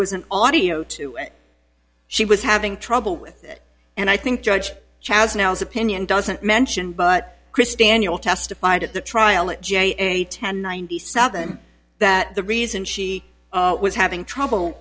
was an audio to it she was having trouble with and i think judge chaz now his opinion doesn't mention but chris daniel testified at the trial at j a ten ninety seven that the reason she was having trouble